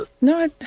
No